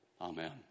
Amen